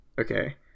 Okay